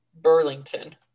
Burlington